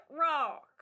rock